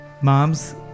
mom's